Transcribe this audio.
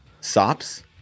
Sops